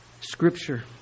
scripture